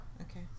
Okay